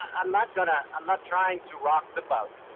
i'm not gonna, i'm not trying to rock the boat.